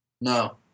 No